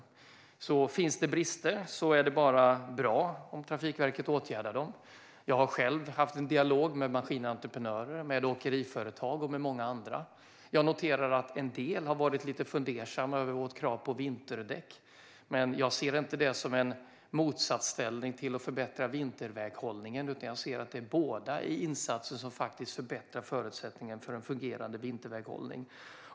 Om det finns brister är det bara bra om Trafikverket åtgärdar dem. Jag har själv haft en dialog med maskinentreprenörer, åkeriföretag och många andra. Jag noterar att vissa har varit lite fundersamma över vårt krav på vinterdäck, men jag ser det inte som att detta står i motsatsställning till att förbättra vinterväghållningen. Jag ser det i stället som att båda är insatser som förbättrar förutsättningarna för en fungerande vinterväghållning.